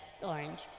orange